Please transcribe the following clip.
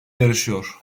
yarışıyor